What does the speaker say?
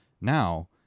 now